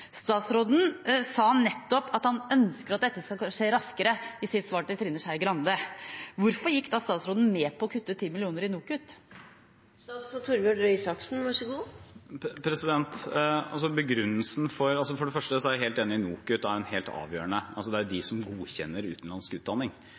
Statsråden sa nettopp i sitt svar til Trine Skei Grande at han ønsker at dette skal skje raskere. Hvorfor gikk statsråden da med på å kutte 10 mill. kr til NOKUT? For det første er jeg helt enig i at NOKUT er helt avgjørende. Det er de som godkjenner utenlandsk utdanning. Nå er det